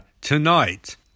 tonight